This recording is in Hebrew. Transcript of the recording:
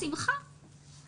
בשמחה.